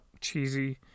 cheesy